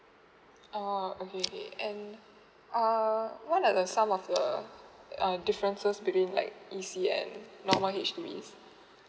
oh okay um um what are the some of um um differences between like you see at my age days